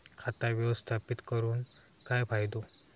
खाता व्यवस्थापित करून काय फायदो?